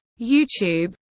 youtube